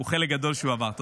הוא חלק גדול בזה שהוא עבר .